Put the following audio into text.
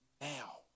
now